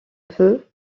peu